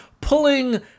pulling